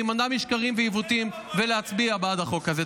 להימנע משקרים ועיוותים ולהצביע בעד החוק הזה.